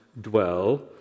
dwell